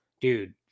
Dude